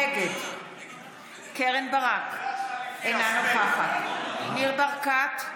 נגד קרן ברק, אינה נוכחת ניר ברקת,